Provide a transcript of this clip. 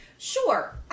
Sure